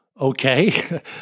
okay